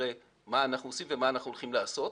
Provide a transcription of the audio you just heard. נראה מה אנחנו עושים ומה אנחנו הולכים לעשות.